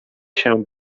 się